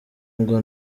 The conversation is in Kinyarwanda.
ngo